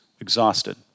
exhausted